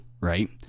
right